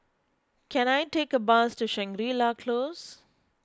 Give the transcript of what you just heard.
can I take a bus to Shangri La Close